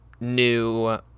new